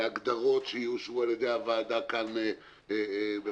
כהגדרות שיאושרו כאן על ידי הוועדה במקביל,